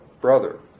brother